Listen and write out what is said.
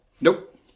Nope